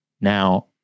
Now